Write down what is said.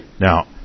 Now